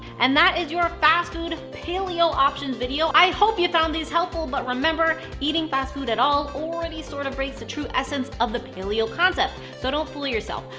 and that is your fast food paleo options video. i hope you found these helpful, but remember, eating fast food at all already sort of breaks the true essence of the paleo concept. so don't fool yourself.